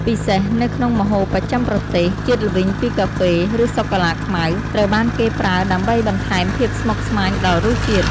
ពិសេសនៅក្នុងម្ហូបបស្ចិមប្រទេស ជាតិល្វីងពីកាហ្វេ ឬសូកូឡាខ្មៅ ត្រូវបានគេប្រើដើម្បីបន្ថែមភាពស្មុគស្មាញដល់រសជាតិ។